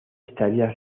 estaría